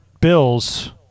bills